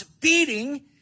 beating